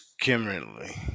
Kimberly